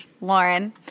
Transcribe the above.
Lauren